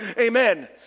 amen